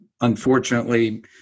unfortunately